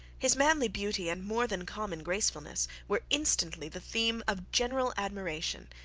his manly beauty and more than common gracefulness were instantly the theme of general admiration,